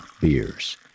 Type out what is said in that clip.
beers